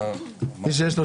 הישיבה